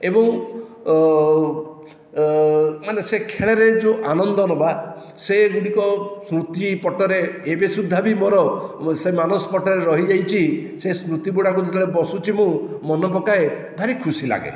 ଏବଂ ମାନେ ସେ ଖେଳରେ ଯେଉଁ ଆନନ୍ଦ ନେବା ସେଗୁଡ଼ିକ ସ୍ମୃତି ପଟରେ ଏବେ ସୁଦ୍ଧା ବି ମୋରସେ ମାନସପଟରେ ରହିଯାଇଛି ସେ ସ୍ମୃତି ଗୁଡ଼ାକୁ ଯେତେବେଳେ ବସୁଛି ମୁଁ ମନେ ପକାଏ ଭାରି ଖୁସି ଲାଗେ